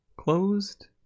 closed